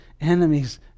enemies